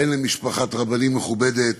בן למשפחת רבנים מכובדת.